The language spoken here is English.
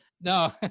No